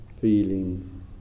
feelings